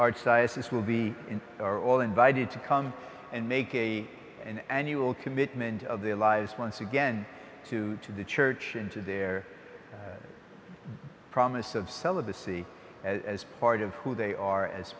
archdiocese will be are all invited to come and make a an annual commitment of their lives once again to to the church and to their promise of celibacy as part of who they are as